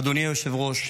אדוני היושב-ראש,